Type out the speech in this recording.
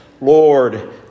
Lord